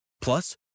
Plus